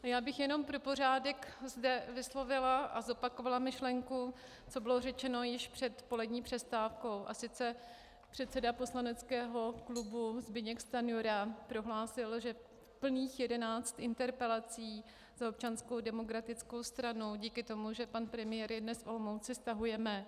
Já bych jenom pro pořádek zde vyslovila a zopakovala myšlenku, která byla řečena již před polední přestávkou, a sice předseda poslaneckého klubu Zbyněk Stanjura prohlásil, že plných 11 interpelací za Občanskou demokratickou stranu díky tomu, že pan premiér je dnes v Olomouci, stahujeme.